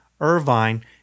Irvine